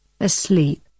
asleep